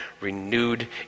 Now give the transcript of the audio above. renewed